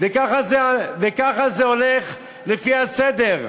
וככה זה הולך, לפי הסדר.